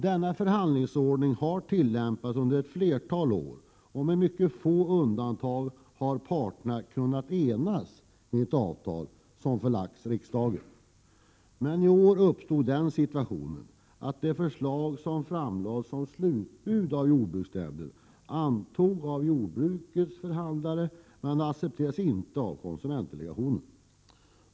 Denna förhandlingsordning har tillämpats under ett flertal år, och med mycket få undantag har parterna kunnat enas om ett avtal. Men i år uppstod den situationen att det förslag som framlades som slutbud av jordbruksnämnden antogs av jordbrukets förhandlare, men det accepterades inte av konsumentdelegationen.